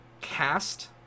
cast